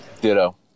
Ditto